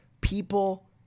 people